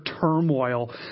turmoil